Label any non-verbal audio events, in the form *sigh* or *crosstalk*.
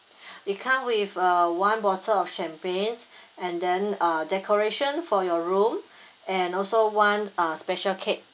*breath* it come with uh one bottle of champagne and then uh decoration for your room and also one uh special cake